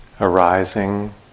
arising